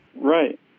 Right